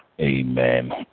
Amen